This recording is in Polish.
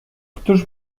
któż